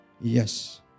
Yes